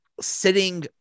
sitting